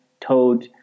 told